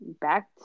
back